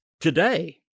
today